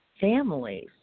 families